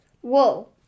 Whoa